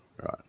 Right